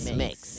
mix